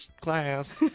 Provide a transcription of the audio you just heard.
class